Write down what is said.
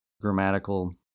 grammatical